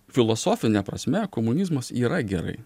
filosofine prasme komunizmas yra gerai